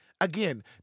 Again